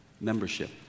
membership